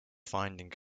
finding